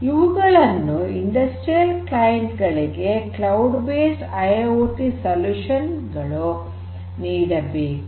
ಇವುಗಳನ್ನು ಕೈಗಾರಿಕೆಯ ಕ್ಲೈಂಟ್ ಗಳಿಗೆ ಕ್ಲೌಡ್ ಬೇಸ್ಡ್ ಐಐಓಟಿ ಪರಿಹಾರಗಳು ನೀಡಬೇಕು